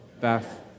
Beth